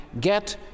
get